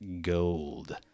gold